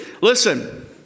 Listen